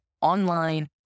online